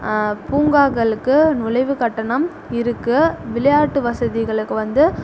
பூங்காக்களுக்கு நுழைவு கட்டணம் இருக்குது விளையாட்டு வசதிகளுக்கு வந்து